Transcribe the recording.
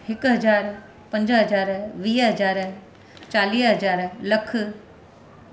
हिकु हज़ार पंज हज़ार वीह हज़ार चालीह हज़ार लखु